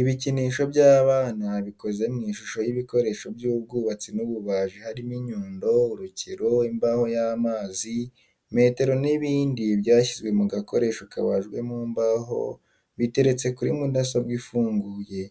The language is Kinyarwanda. Ibikinisho by'abana bikoze mw'ishusho y'ibikoresho by'ubwubatsi n'ububaji harimo inyundo, urukero, imbaho y'amazi, metero n'ibindi byashyizwe mu gakoresho kabajwe mu mbaho biteretse kuri mudasobwa ifunguye.